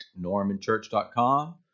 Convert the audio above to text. normanchurch.com